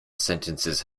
sentences